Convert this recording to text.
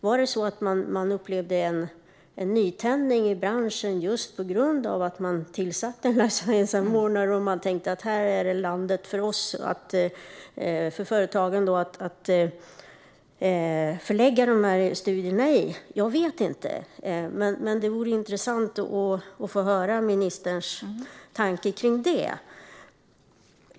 Var det så att man upplevde en nytändning i branschen just på grund av att en life science-samordnare tillsatts och att företagen tänkte att detta är landet att förlägga studierna i? Jag vet inte, men det vore intressant att få höra ministerns tanke kring detta.